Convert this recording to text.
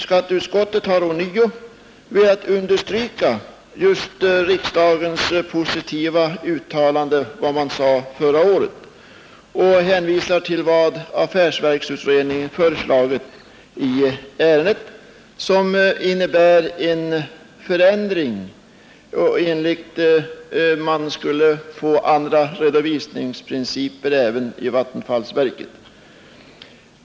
Skatteutskottet har ånyo velat understryka riksdagens positiva uttalande förra året och hänvisar till affärsverksutredningens förslag i ärendet, som innebär en förändring av redovisningsprinciperna i vattenfallsverket.